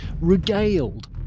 regaled